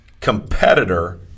competitor –